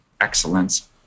excellence